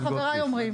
מה שחבריי אומרים.